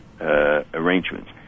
arrangements